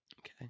Okay